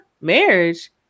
marriage